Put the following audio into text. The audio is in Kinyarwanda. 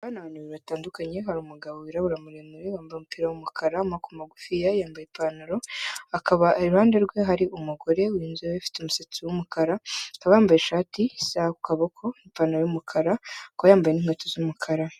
Abana babiri batandukanye, hari umugabo wirabura muremure wambaye umupira w'umukara w'amaboko magufiya yambaye ipantaro. Iruhande rwe hari umugore w'inzobe ufite umusatsi w'umukara wambaye ishati, isaha ku kaboko, impantaro y'umukara akaba yambaye inkweto z'umukara.